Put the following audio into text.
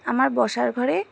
আমার বসার ঘরে